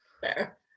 Fair